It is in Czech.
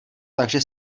takže